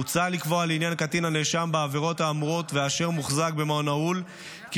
מוצע לקבוע לעניין נאשם בעבירות האמורות אשר מוחזק במעון נעול כי